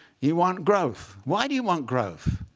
you want growth. why do you want growth?